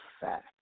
fact